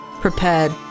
prepared